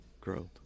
growth